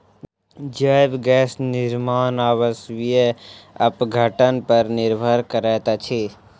जैव गैस निर्माण अवायवीय अपघटन पर निर्भर करैत अछि